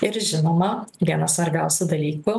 ir žinoma vienas svarbiausių dalykų